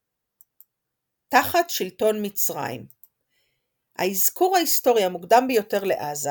” תחת שלטון מצרים האזכור ההיסטורי המוקדם ביותר לעזה